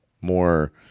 more